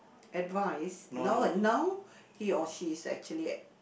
advice now now he or she is actually